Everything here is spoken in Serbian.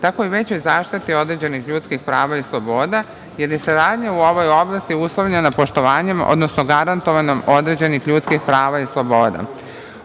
tako i većoj zaštiti određenih ljudskih prava i sloboda, jer je saradnja u ovoj oblasti uslovljena poštovanjem odnosno garantovanjem određenih ljudskih prava i sloboda. Ugovorom